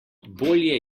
bolje